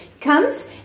comes